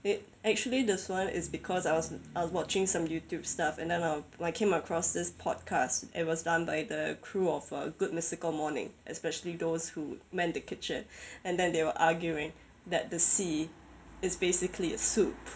actually this one is because I was I was watching some Youtube stuff and then I I came across this podcast and it was done by the crew of uh good mystical morning especially those who man the kitchen and then they were arguing that the sea is basically a soup